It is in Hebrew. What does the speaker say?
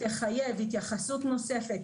תחייב התייחסות נוספת,